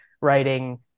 writing